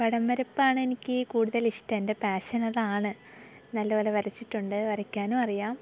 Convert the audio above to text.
പടം വരപ്പാണ് എനിക്ക് കൂടുതൽ ഇഷ്ടം എൻ്റെ പാഷൻ അതാണ് നല്ലപോലെ വരച്ചിട്ടുണ്ട് വരയ്ക്കാനും അറിയാം